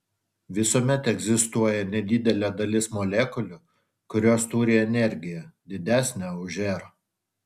visuomet egzistuoja nedidelė dalis molekulių kurios turi energiją didesnę už r